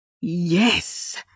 Yes